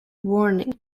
warning